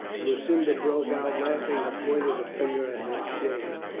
lu cinda broke out laughing and pointed the finger at his shame.